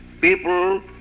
People